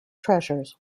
treasures